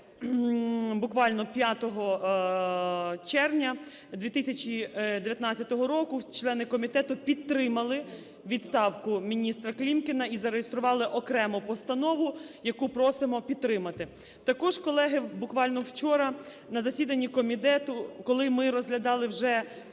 буквально 5 червня 2019 року члени комітету підтримали відставку міністра Клімкіна і зареєстрували окремо постанову, яку просимо підтримати. Також, колеги, буквально вчора на засіданні комітету, коли ми розглядали вже